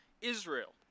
Israel